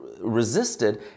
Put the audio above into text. resisted